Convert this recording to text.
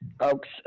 Oaks